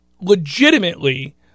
legitimately